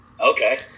Okay